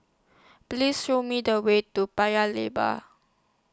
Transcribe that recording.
Please Show Me The Way to Paya Lebar